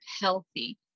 healthy